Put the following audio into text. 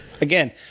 Again